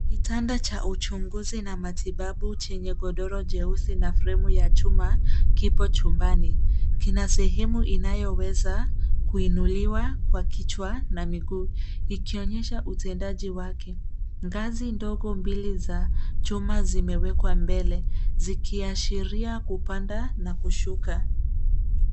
Kitanda cha uchunguzi na matibabu chenye godoro jeusi na fremu ya chuma, kipo chumbani. Kina sehemu inayoweza kuinuliwa kwa kichwa na miguu, ikionyesha utendaji wake. Ngazi ndogo mbili za chuma zimewekwa mbele, zikiashiria kupanda na kushuka.